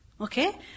Okay